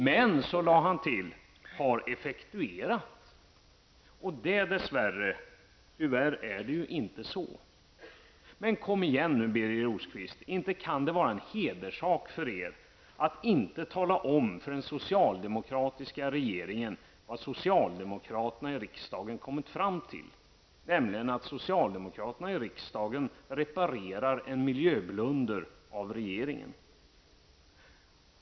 Men så lade han till: ''har effektuerat''. Dess värre är det inte så. Men kom igen nu, Birger Rosqvist! Inte kan det vara en hederssak för er att inte tala om för den socialdemokratiska regeringen vad socialdemokraterna i riksdagen kommit fram till, nämligen att socialdemokraterna i riksdagen reparerar en miljöblunder av regeringen.